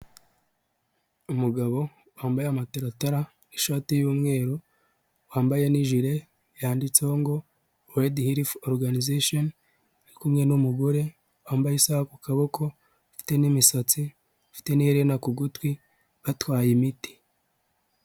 Umugabo wambaye amataratara ishati y'umweru wambaye nijire yanditseho ngo worodi hirifi origanizashoni ari kumwe numugore wambaye isaha ku kaboko ufite n'misatsi ufite nihera kugutwi batwaye imiti.